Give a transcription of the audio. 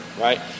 right